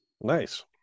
Nice